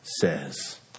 says